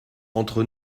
entre